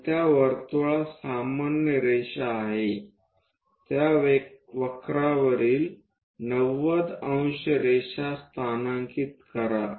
मग त्या वर्तुळात सामान्य रेषा आहे त्या वक्रवरील 90° रेषा स्थानांकित करा